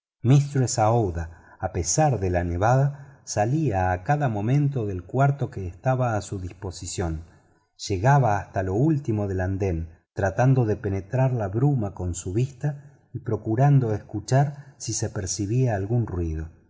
a pesar de la nevada salía a cada momento del cuarto que estaba a su disposición llegaba hasta lo último del andén tratando de penetrar la bruma con su vista y procurando escuchar sí se percibía algún ruido